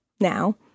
now